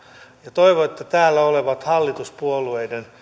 ja toivon että täällä olevat hallituspuolueiden